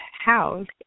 House